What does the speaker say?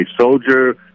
soldier